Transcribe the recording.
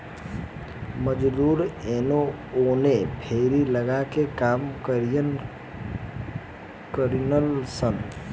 मजदूर एने ओने फेरी लगा के काम करिलन सन